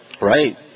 Right